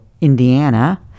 Indiana